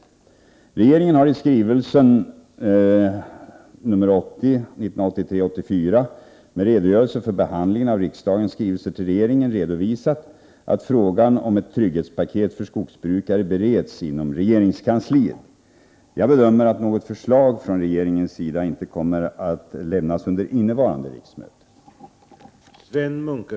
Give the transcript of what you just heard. Regeringen har i skrivelsen 1983 83:64). Jag bedömer att något förslag från regeringens sida inte kommer att lämnas under innevarande riksmöte.